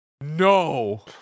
No